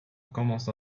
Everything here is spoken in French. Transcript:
commence